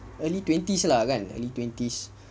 early twenties lah kan early twenties